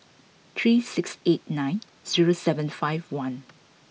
three six eight nine zero seven five one